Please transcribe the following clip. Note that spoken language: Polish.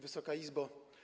Wysoka Izbo!